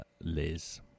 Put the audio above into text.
Liz